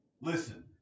Listen